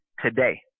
today